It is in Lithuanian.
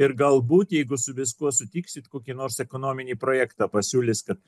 ir galbūt jeigu su viskuo sutiksit kokį nors ekonominį projektą pasiūlys kad